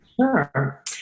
Sure